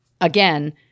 again